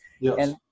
Yes